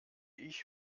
ich